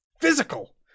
Physical